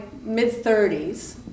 mid-30s